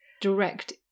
direct